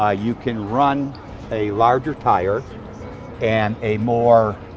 ah you can run a larger tire and a more,